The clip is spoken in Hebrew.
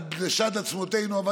עד לשד עצמותינו,